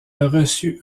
reçut